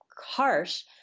harsh